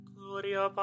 Gloria